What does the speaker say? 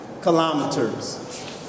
kilometers